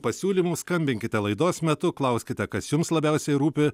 pasiūlymų skambinkite laidos metu klauskite kas jums labiausiai rūpi